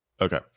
Okay